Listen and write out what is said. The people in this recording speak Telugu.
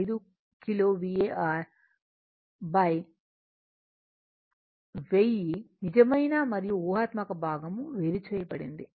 5 కిలో var 1000 నిజమైన మరియు ఊహాత్మక భాగం వేరుచేయబడినది